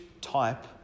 type